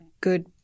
good